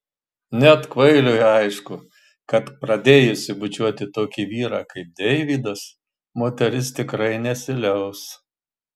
net kvailiui aišku kad pradėjusi bučiuoti tokį vyrą kaip deividas moteris tikrai nesiliaus